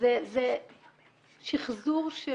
זה שיחזור של